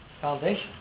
foundation